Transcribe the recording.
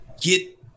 get